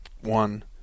one